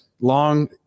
Long